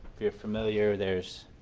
if you are familiar, there is